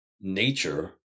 nature